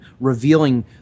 revealing